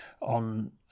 on